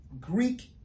Greek